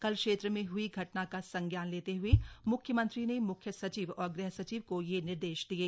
कल क्षेत्र में हई घटना का संज्ञान लेते हए मुख्यमंत्री ने मुख्य सचिव और गृह सचिव को यह निर्देश दिये